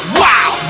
wow